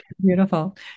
beautiful